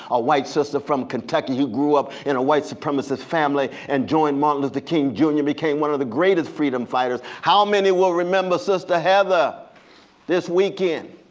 a white sister from kentucky who grew up in a white supremacist family and joined martin luther king junior and became one of the greatest freedom fighters? how many will remember sister heather this weekend,